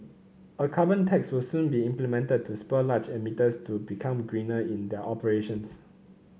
a carbon tax will soon be implemented to spur large emitters to become greener in their operations